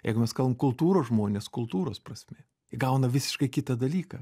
jeigu mes kalbam kultūros žmonės kultūros prasmė įgauna visiškai kitą dalyką